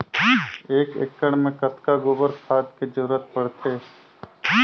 एक एकड़ मे कतका गोबर खाद के जरूरत पड़थे?